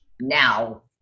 now